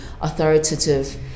authoritative